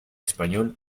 español